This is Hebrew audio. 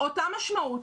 אותה משמעות,